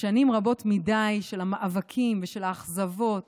ששנים רבות מדי של מאבקים ושל אכזבות